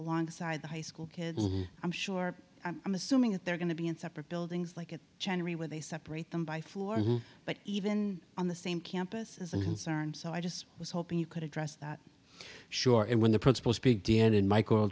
alongside the high school kids i'm sure i'm assuming that they're going to be in separate buildings like in january when they separate them by floor but even on the same campuses and concerned so i just was hoping you could address that sure and when the principals began in michael